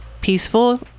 peaceful